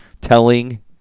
Telling